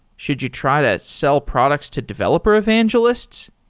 should you try to sell products to developer evangelists?